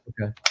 okay